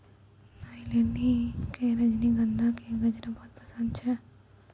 नलिनी कॅ रजनीगंधा के गजरा बहुत पसंद छै